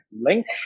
link